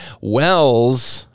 wells